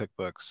cookbooks